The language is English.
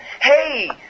Hey